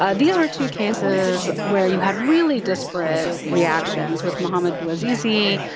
ah these are two cases where you had really disparate reactions. with mohamed bouazizi,